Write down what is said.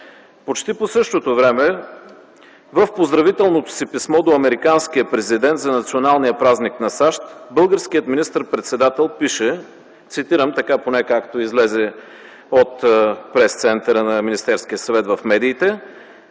Почти по същото време в поздравителното си писмо до американския президент за националния празник на САЩ българският министър-председател пише - цитирам, поне така както излезе от Пресцентъра на Министерския съвет в медиите: